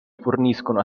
forniscono